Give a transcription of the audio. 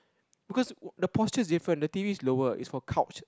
because the posture is different the T_V is lower is for couch